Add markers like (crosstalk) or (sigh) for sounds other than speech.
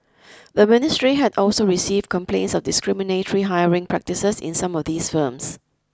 (noise) the ministry had also received complaints of discriminatory hiring practices in some of these firms